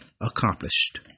accomplished